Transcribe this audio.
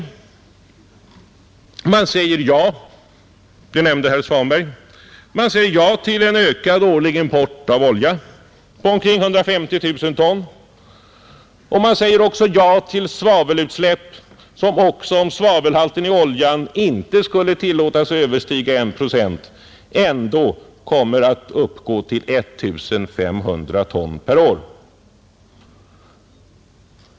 Man säger ja — det nämnde herr Svanberg — till en ökad årlig import av olja på omkring 150 000 ton. Man säger också ja till svavelutsläpp som, också om svavelhalten i oljan inte skulle tillåtas överstiga 1 procent, ändå kommer att uppgå till 1 500 ton per år.